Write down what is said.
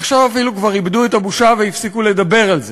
עכשיו אפילו כבר איבדו את הבושה והפסיקו לדבר על זה.